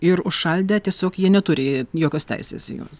ir užšaldę tiesiog jie neturi jokios teisės į juos